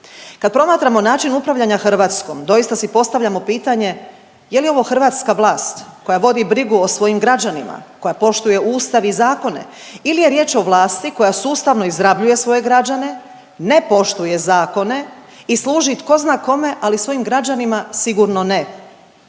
Kad promatramo način upravljanja Hrvatskom, doista si postavljamo pitanje je li ovo hrvatska vlast koja vodi brigu o svojim građanima, koja poštuje Ustav i zakone ili je riječ o vlasti koja sustavno izrabljuje svoje građane, ne poštuje zakone i služi tko zna kome, ali svojim građanima sigurno ne?